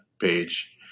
page